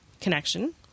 connection